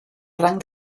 rang